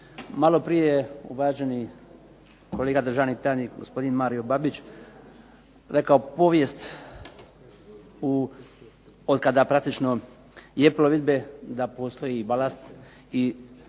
Maloprije je uvaženi kolega državni tajnik gospodin Mario Babić rekao povijest otkada praktično je plovidbe da postoji balast koji